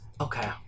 Okay